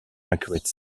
accurate